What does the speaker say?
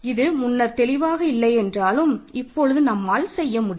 இது முன்னர் தெளிவாக இல்லை என்றாலும் இப்பொழுது நம்மால் செய்ய முடியும்